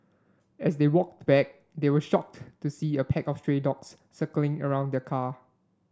as they walked back they were shocked to see a pack of stray dogs circling around the car